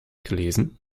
gelesen